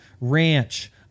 Ranch